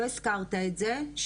לא הזכרת את זה,